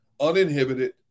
uninhibited